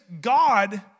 God